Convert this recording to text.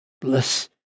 Bless